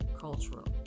cultural